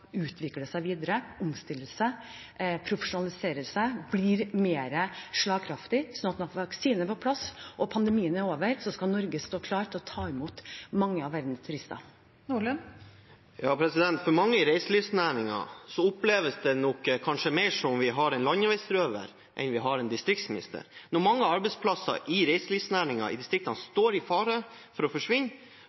utvikle seg videre, omstille seg, profesjonalisere seg, bli mer slagkraftig, slik at når vi har en vaksine på plass og pandemien er over, skal Norge stå klar til å ta imot mange av verdens turister. For mange i reiselivsnæringen oppleves det nok kanskje mer som at vi har en landeveisrøver, enn at vi har en distriktsminister. Når mange arbeidsplasser i reiselivsnæringen i distriktene står i fare for å forsvinne,